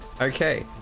Okay